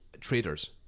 Traders